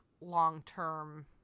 long-term